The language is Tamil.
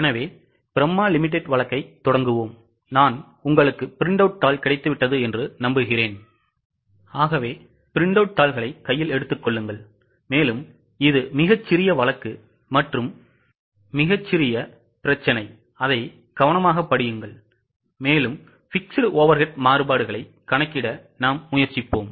எனவே பிரம்மா லிமிடெட் வழக்கைத் தொடங்குவோம் நான் உங்களுக்கு ப்ரிண்டவுட் தாள் கிடைத்துவிட்டது என்று நம்புகிறேன் இது மிகச் சிறிய வழக்கு மற்றும் மிகச் சிறிய பிரச்சினை அதை கவனமாகப் படியுங்கள் மேலும் fixed overhead மாறுபாடுகளைக் கணக்கிட முயற்சிப்போம்